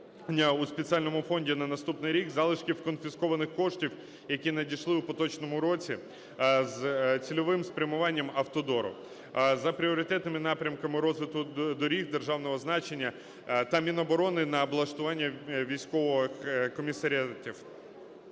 у спеціальному фонді на наступний рік залишків конфіскованих коштів, які надійшли в поточному році з цільовим спрямуванням Автодору за пріоритетними напрямками розвитку доріг державного значення та Міноборони на облаштування військових комісаріатів